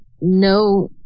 no